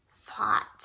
thought